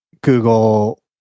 Google